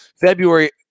February